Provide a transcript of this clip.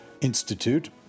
Institute